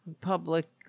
public